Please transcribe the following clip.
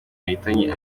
yahitanye